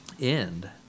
end